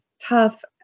tough